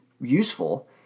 useful